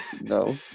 No